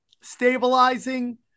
stabilizing